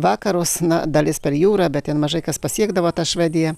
vakarus na dalis per jūrą bet ten mažai kas pasiekdavo tą švediją